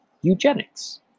eugenics